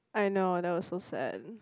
I know that was so sad